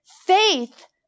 Faith